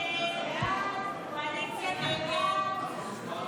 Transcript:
הסתייגות 57 לחלופין ז לא נתקבלה.